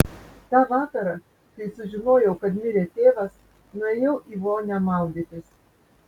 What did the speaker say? tą vakarą kai sužinojau kad mirė tėvas nuėjau į vonią maudytis